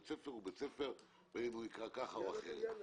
ספר הוא בית ספר אם הוא נקרא ככה או אחרת.